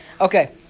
Okay